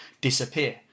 disappear